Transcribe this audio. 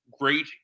great